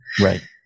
right